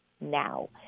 now